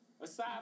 Aside